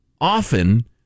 often